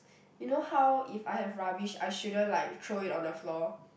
you know how if I have rubbish I shouldn't like throw it on the floor